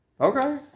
Okay